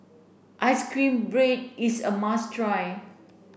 ice cream bread is a must try